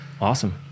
Awesome